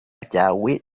ryawe